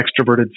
extroverted